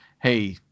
hey